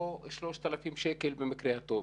או 3,000 שקל במקרה הטוב.